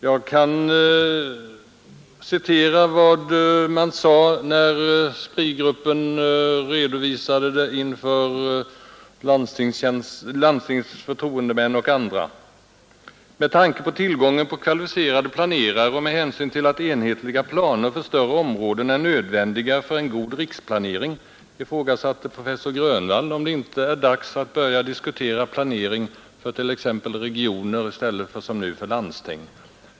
Jag kan citera vad man sade när SPRI-gruppen redovisade detta inför landstingets förtroendemän och andra. ”Med tanke på tillgången på kvalificerade planerare och med hänsyn till att enhetliga planer för större områden är nödvändiga för riksplanering ifrågasatte professor Grönwall, om det inte är dags att börja diskutera planering för t.ex. regioner i stället för som nu för landsting.